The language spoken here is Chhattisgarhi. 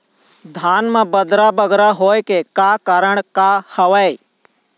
धान म बदरा बगरा होय के का कारण का हवए?